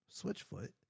Switchfoot